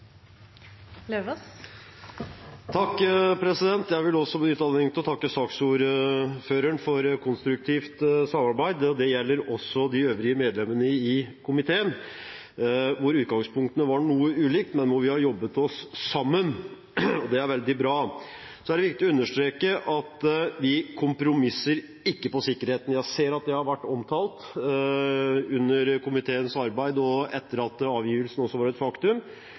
fra komiteen. Jeg vil også benytte anledningen til å takke saksordføreren for et konstruktivt samarbeid. Det gjelder også de øvrige medlemmene i komiteen, hvor utgangspunktene var noe ulike, men hvor vi har jobbet oss sammen. Det er veldig bra. Det er viktig å understreke at vi kompromisser ikke på sikkerheten. Jeg ser at det har vært omtalt under komiteens arbeid og også etter at avgivelsen var et faktum.